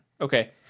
Okay